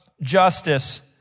justice